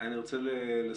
אני רוצה לסכם.